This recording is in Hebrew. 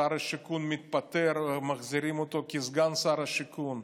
שר השיכון מתפטר, מחזירים אותו כסגן שר השיכון.